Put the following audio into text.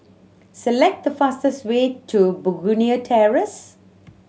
select the fastest way to Begonia Terrace